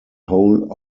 whole